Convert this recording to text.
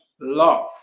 Love